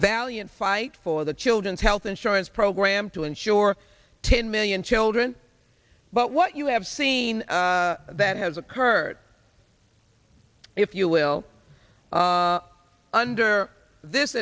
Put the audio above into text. valiant fight for the children's health insurance program to insure ten million children but what you have seen that has occurred if you will under this